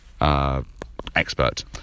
expert